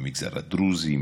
במגזר הדרוזי,